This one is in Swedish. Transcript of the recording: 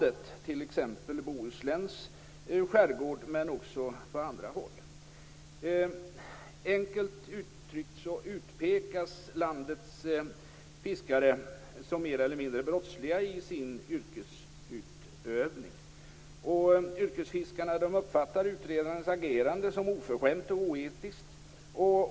Det gäller t.ex. Bohusläns skärgård, men också på andra håll. Enkelt uttryckt utpekas landets fiskare som mer eller mindre brottsliga i sin yrkesutövning. Yrkesfiskarna uppfattar utredarnas agerande som oförskämt och oetiskt.